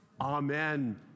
Amen